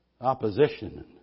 Opposition